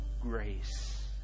grace